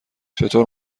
چطور